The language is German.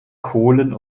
kohlen